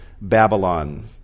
Babylon